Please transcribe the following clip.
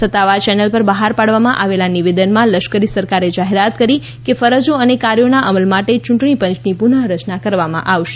સત્તાવાર ચેનલ પર બહાર પાડવામાં આવેલા નિવેદનમાં લશ્કરી સરકારે જાહેરાત કરી કે ફરજો અને કાર્યોના અમલ માટે યૂંટણી પંચની પુનર્રચના કરવામાં આવશે